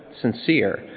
sincere